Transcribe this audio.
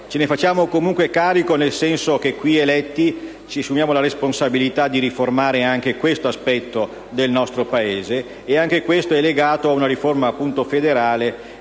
ce ne facciamo comunque carico nel senso che, qui eletti, ci assumiamo la responsabilità di riformare anche questo aspetto del nostro Paese. Anche questo è legato a una riforma federale